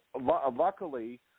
luckily